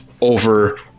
over